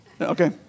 Okay